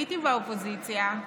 הייתי באופוזיציה,